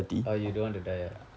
oh you don't want to die ah